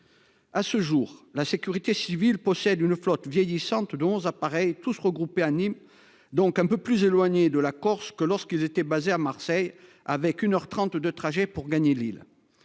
À ce jour, la sécurité civile possède une flotte vieillissante d'11 appareils tous regroupés à Nîmes donc un peu plus éloigné de la Corse que lorsqu'il était basé à Marseille avec 1h30 de trajet pour gagner l'Lille.